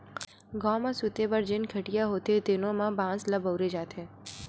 गाँव म सूते बर जेन खटिया होथे तेनो म बांस ल बउरे जाथे